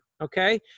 okay